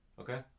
Okay